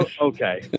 okay